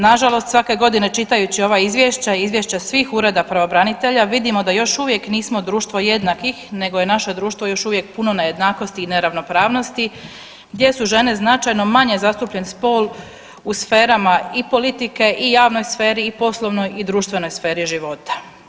Nažalost svake godine čitajući ova izvješća i izvješća svih ureda pravobranitelja vidimo da još uvijek nismo društvo jednakih nego je naše društvo još uvijek puno nejednakosti i neravnopravnosti gdje su žene značajno manje zastupljen spol u sferama i politike i javnoj sferi i poslovnoj i društvenoj sferi života.